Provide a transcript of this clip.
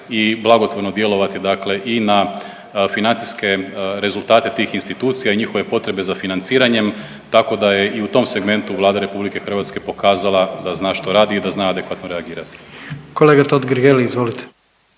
i blagotvorno djelovati dakle i na financijske rezultate tih institucija i njihove potrebe za financiranjem, tako da je i u tom segmentu Vlada RH pokazala da zna što radi i da zna adekvatno reagirati. **Jandroković, Gordan